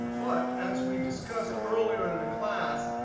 but as we discussed earlier in the class,